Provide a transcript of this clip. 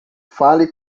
fale